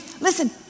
listen